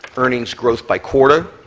earnings growth by quarter,